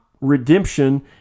redemption